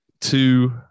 two